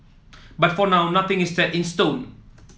but for now nothing is set in stone